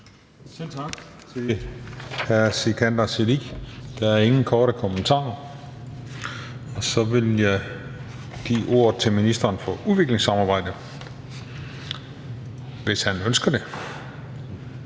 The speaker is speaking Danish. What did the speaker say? Selv tak til hr. Sikandar Siddique. Der er ingen korte bemærkninger. Så vil jeg give ordet til ministeren for udviklingssamarbejde, hvis han ønsker det.